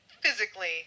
physically